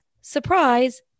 surprise